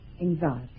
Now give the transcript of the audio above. anxiety